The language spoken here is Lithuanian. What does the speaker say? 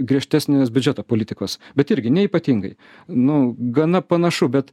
griežtesnės biudžeto politikos bet irgi ne ypatingai nu gana panašu bet